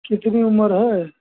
कितनी उम्र है